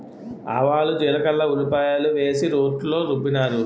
ఆవాలు జీలకర్ర ఉల్లిపాయలు వేసి రోట్లో రుబ్బినారు